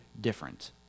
different